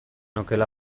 okela